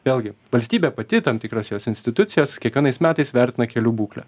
vėlgi valstybė pati tam tikros jos institucijos kiekvienais metais vertina kelių būklę